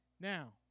Now